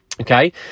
Okay